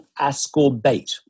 ascorbate